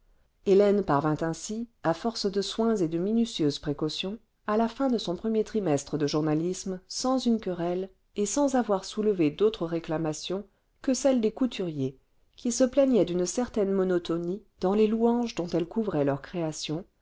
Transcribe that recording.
hélène parvint ainsi à force cle soins et de minutieuses précautions à la fin de son premier trimestre de journalisme sans une querelle et sans avoir soulevé d'autres réclamations que celles des couturiers qui se plaignaient d'une certaine monotonie dans les louanges dont elle couvrait leurs créations